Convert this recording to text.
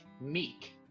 meek